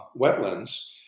wetlands